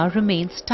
remains